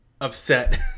upset